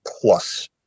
plus